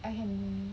I can